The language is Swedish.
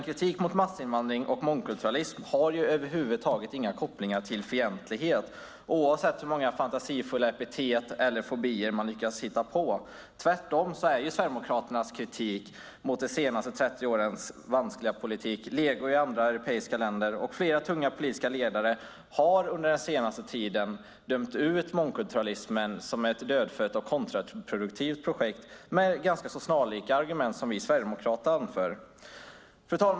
Kritik mot massinvandring och mångkulturalism har över huvud taget inga kopplingar till fientlighet, oavsett hur många fantasifulla epitet eller fobier man lyckas hitta på. Tvärtom är Sverigedemokraternas kritik mot de senaste 30 årens vanskliga politik legio i andra europeiska länder, och flera tunga politiska ledare har, med argument snarlika dem vi sverigedemokrater anför, under den senaste tiden dömt ut mångkulturalismen som ett dödfött och kontraproduktivt projekt. Fru talman!